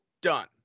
done